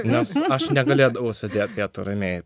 na aš negalėdavau sėdėt vietoj ramiai